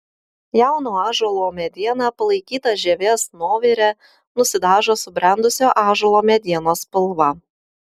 jauno ąžuolo mediena palaikyta žievės nuovire nusidažo subrendusio ąžuolo medienos spalva